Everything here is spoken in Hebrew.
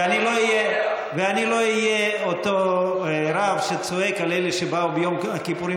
ואני לא אהיה אותו רב שצועק על אלה שבאו ביום הכיפורים